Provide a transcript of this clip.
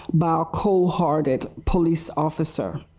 by cold hearted police officer.